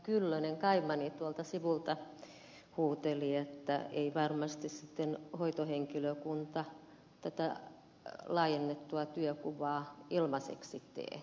kyllönen kaimani tuolta sivulta huuteli että ei varmasti sitten hoitohenkilökunta tätä laajennettua työnkuvaa ilmaiseksi tee